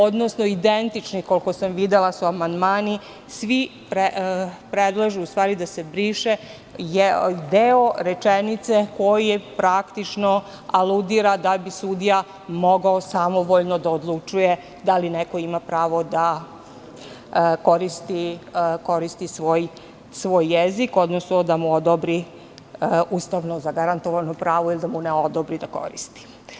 Odnosno, koliko sam videla, identični su amandmani, svi predlažu da se briše deo rečenice koji praktično aludira da bi sudija mogao samovoljno da odlučuje da li neko ima pravo da koristi svoj jezik, odnosno da mu odobri ustavno zagarantovano pravo ili da mu ne odobri da koristi.